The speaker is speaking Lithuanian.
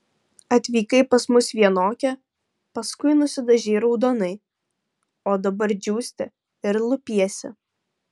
atvykai pas mus vienokia paskui nusidažei raudonai o dabar džiūsti ir lupiesi